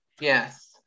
Yes